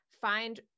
Find